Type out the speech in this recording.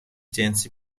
جنسی